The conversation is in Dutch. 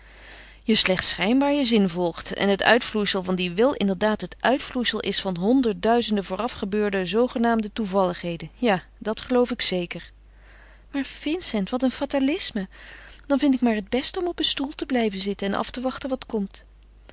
je slechts schijnbaar je zin volgt en het uitvloeisel van dien wil inderdaad het uitvloeisel is van honderdduizenden vooraf gebeurde zoogenaamde toevalligheden ja dat geloof ik zeker maar vincent wat een fatalisme dan vind ik maar het beste om op een stoel te blijven zitten en af te wachten wat komt